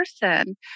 person